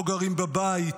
לא גרים בבית.